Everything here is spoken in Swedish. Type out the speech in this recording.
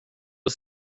och